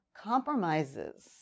compromises